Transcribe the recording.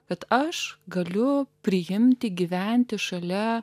kad aš galiu priimti gyventi šalia